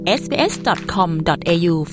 sbs.com.au